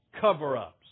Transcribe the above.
cover-ups